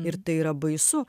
ir tai yra baisu